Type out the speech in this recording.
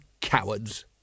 cowards